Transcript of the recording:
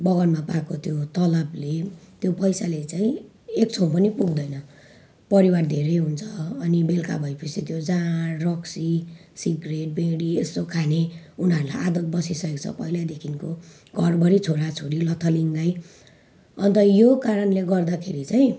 बगानमा पाएको त्यो तलबले त्यो पैसाले चाहिँ एक छेउ पनि पुग्दैन परिवार धेरै हुन्छ अनि बेलुका भएपछि त्यो जाँड रक्सी सिगरेट बिँडी यस्तो खाने उनीहरूलाई आदत बसिसकेको छ पहिल्यैदेखिको घरभरि छोराछोरी लथालिङ्गै अन्त यो कारणले गर्दाखेरि चाहिँ